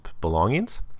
belongings